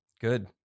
Good